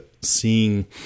seeing